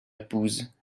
épouse